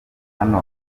hantu